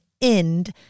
end